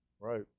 Right